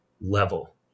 level